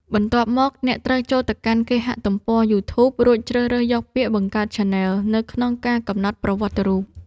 បន្ទាប់មក អ្នកត្រូវចូលទៅកាន់គេហទំព័រ យូធូប រួចជ្រើសរើសយកពាក្យ បង្កើតឆានែល នៅក្នុងការកំណត់ប្រវត្តិរូប។